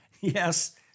Yes